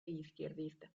izquierdista